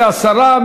זה הסרה.